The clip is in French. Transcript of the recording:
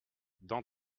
dans